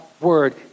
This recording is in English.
word